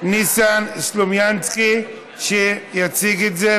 ניסן סלומינסקי להציג את זה.